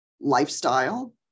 lifestyle